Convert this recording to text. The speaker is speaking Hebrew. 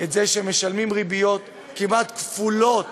שהם משלמים ריביות כמעט כפולות